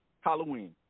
Halloween